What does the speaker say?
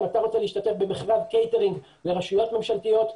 אם אתה רוצה להשתתף במכרז קייטרינג לרשויות ממשלתיות,